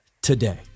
Today